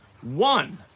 One